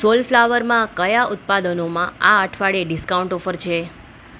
સોલફ્લાવરમાં કયા ઉત્પાદનોમાં આ અઠવાડિયે ડિસ્કાઉન્ટ ઓફર છે